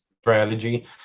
strategy